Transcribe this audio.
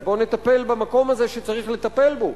אז בואו נטפל במקום הזה שצריך לטפל בו.